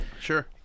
sure